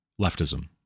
leftism